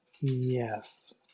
Yes